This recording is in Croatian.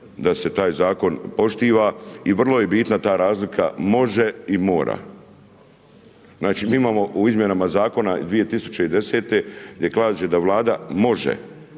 da se taj zakon poštovan i vrlo je bitna ta razlika može i mora. Znači mi imamo u izmjenama zakona 2010. …/Govornik se ne